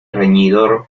reñidor